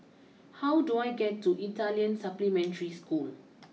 how do I get to Italian Supplementary School